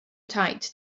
tight